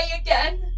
again